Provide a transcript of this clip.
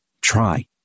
Try